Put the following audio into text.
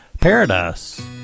Paradise